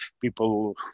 people